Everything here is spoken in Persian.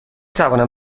توانم